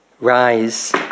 Rise